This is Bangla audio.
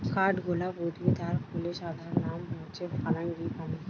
কাঠগোলাপ উদ্ভিদ আর ফুলের সাধারণ নাম হচ্ছে ফারাঙ্গিপানি